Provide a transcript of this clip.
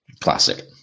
Classic